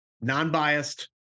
non-biased